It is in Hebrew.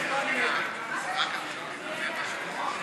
חירות הביטוי),